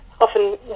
often